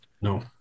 no